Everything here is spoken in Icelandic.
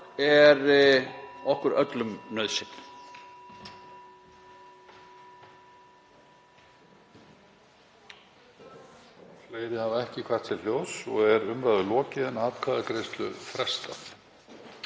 er okkur öllum nauðsyn.